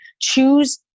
choose